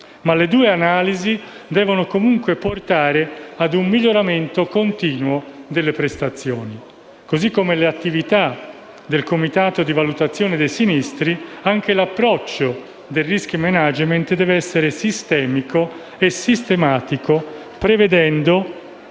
è. Le due analisi, però, devono comunque portare ad un miglioramento continuo delle prestazioni. Così come le attività del comitato di valutazione dei sinistri, anche l'approccio del *risk management* deve essere sistemico e sistematico, prevedendo: